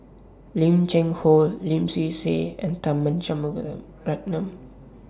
Lim Cheng Hoe Lim Swee Say and Tharman Shanmugaratnam